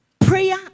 prayer